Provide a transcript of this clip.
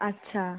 আচ্ছা